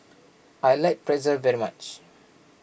I like Pretzel very much